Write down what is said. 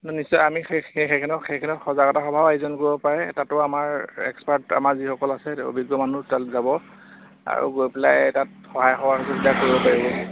নিশ্চয় আমি সেই সেইখিনি সেইখিনি সজাগতা সভাও আয়োজন কৰিব পাৰে তাতো আমাৰ এক্সপাৰ্ট আমাৰ যিসকল আছে অভিজ্ঞ মানুহ তাত যাব আৰু গৈ পেলাই তাত সহায় সহযোগিতা কৰিব পাৰিব